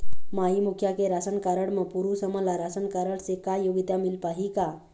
माई मुखिया के ration card म पुरुष हमन ला रासनकारड से का योजना मिल पाही का?